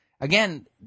Again